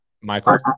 Michael